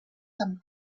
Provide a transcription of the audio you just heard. amb